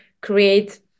create